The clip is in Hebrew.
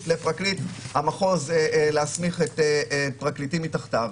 לפרקליט המחוז להסמיך פרקליטים תחתיו,